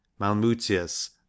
Malmutius